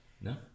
No